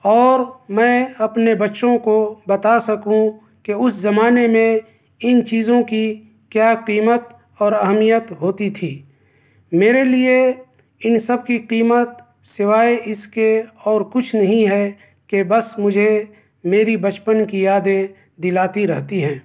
اور میں اپنے بچّوں کو بتا سکوں کہ اس زمانے میں ان چیزوں کی کیا قیمت اور اہمیت ہوتی تھی میرے لیے ان سب کی قیمت سوائے اس کے اور کچھ نہیں ہے کہ بس مجھے میری بچپن کی یادیں دلاتی رہتی ہیں